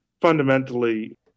fundamentally